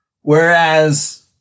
Whereas